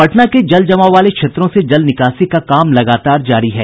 पटना के जलजमाव वाले क्षेत्रों से जल निकासी का काम लगातार जारी है